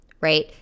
right